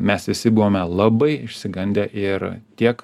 mes visi buvome labai išsigandę ir tiek